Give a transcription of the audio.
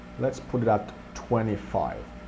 let's put it at twenty five.